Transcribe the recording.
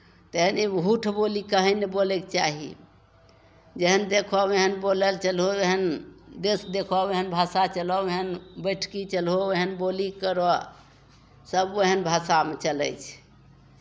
तैँ ई भूठ बोली कहीँ नहि बोलयके चाही जेहन देखहौ ओहन बोलय लेल चलहौ ओहन देश देखौ ओहन भाषा चलहौ ओहन बैठकी चलहौ ओहन बोली करहौ सभ ओहन भाषामे चलै छै